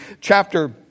chapter